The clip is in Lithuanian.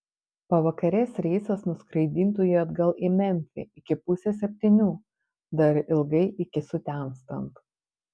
pavakarės reisas nuskraidintų jį atgal į memfį iki pusės septynių dar ilgai iki sutemstant